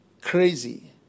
crazy